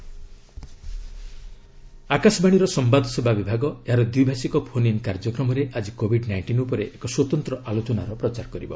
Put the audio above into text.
ମଷ୍ଟ announcement ଆକାଶବାଣୀର ସମ୍ଘାଦ ସେବା ବିଭାଗ ଏହାର ଦ୍ୱି ଭାଷିକ ଫୋନ୍ ଇନ୍ କାର୍ଯ୍ୟକ୍ରମରେ ଆଜି କୋବିଡ୍ ନାଇଷ୍ଟିନ୍ ଉପରେ ଏକ ସ୍ୱତନ୍ତ୍ର ଆଲୋଚନାର ପ୍ରଚାର କରିବ